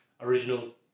original